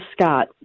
Scott